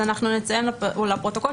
אז אנחנו נציין לפרוטוקול,